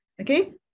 okay